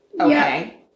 Okay